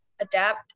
adapt